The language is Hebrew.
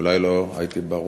אולי לא הייתי ברור.